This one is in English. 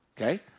okay